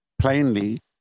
plainly